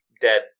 dead